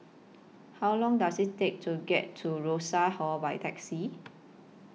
How Long Does IT Take to get to Rosas Hall By Taxi